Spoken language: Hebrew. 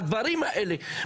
הדברים האלה,